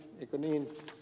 eikö niin